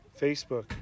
Facebook